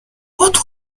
what